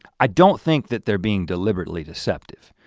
i don't think that they're being deliberately deceptive.